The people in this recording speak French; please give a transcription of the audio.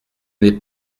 n’est